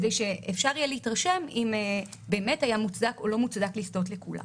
כדי שאפשר יהיה להתרשם אם באמת היה מוצדק או לא מוצדק לסטות לקולא.